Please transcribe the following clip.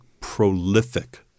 prolific